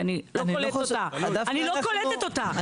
אני לא קולטת אותה,